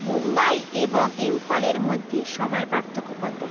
মুম্বাই এবং ইম্ফলের মধ্যে সময়ের পার্থক্য কতো